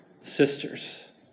sisters